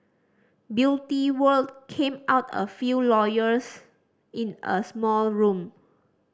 Beauty World came out a few lawyers in a small room